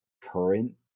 current